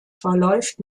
verläuft